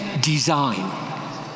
design